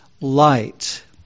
light